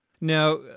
Now